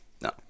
No